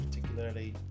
particularly